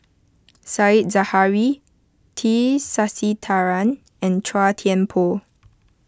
Said Zahari T Sasitharan and Chua Thian Poh